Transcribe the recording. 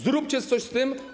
Zróbcie coś z tym.